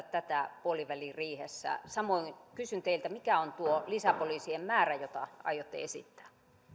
tätä puoliväliriihessä samoin kysyn teiltä mikä on tuo lisäpoliisien määrä jota aiotte esittää